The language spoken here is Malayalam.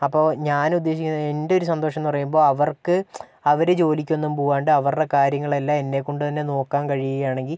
അപ്പോൾ ഞാന് ഉദ്ദേശിക്കുന്നത് എന്റെ ഒരു സന്തോഷം എന്ന് പറയുമ്പോള് അവര്ക്ക് അവര് ജോലിക്കൊന്നും പോകാണ്ട് അവരുടെ കാര്യങ്ങള് എല്ലാം എന്നെക്കൊണ്ട് തന്നെ നോക്കാന് കഴിയുകയാണെങ്കിൽ